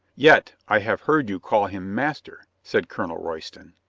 yet i have heard you call him master, said colonel royston.